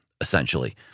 essentially